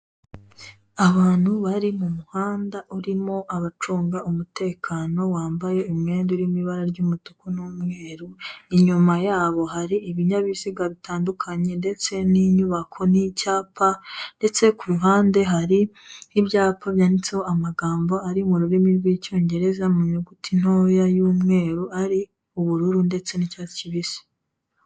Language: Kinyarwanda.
Abantu bari mu muhanda urimo abacunga umutekano bambaye imyenda irimo ibara ry'umutuku n'umweru, inyuma yabo hari ibinyabiziga bitandukanye ndetse n'inyubako n'icyapa ndetse ku mpande hari n'ibyapa byanditseho amagambo ari mu rurimi rw'Icyongereza mu nyuguti ntoya y'umweru ari ubururu ndetse n'icyatsi kibisi.